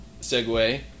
Segue